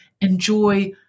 enjoy